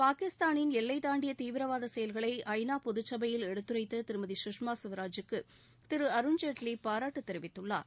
பாகிஸ்தானின் எல்லை தாண்டிய தீவிரவாத செயல்களை ஐ நா பொது சபையில் எடுத்துரைத்த திருமதி சுஷ்மா ஸ்வராஜுக்கு திரு அருண்ஜேட்லி பாராட்டு தெரிவித்துள்ளார்